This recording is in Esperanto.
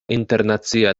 internacia